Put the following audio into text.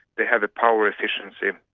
they have a power efficiency,